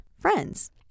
friends